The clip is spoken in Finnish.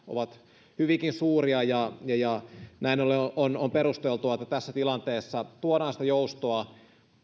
ovat hyvinkin suuria ja ja näin ollen on on perusteltua että tässä tilanteessa tuodaan sitä joustoa